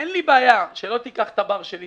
"אין לי בעיה שלא תיקח את הבר שלי,